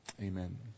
Amen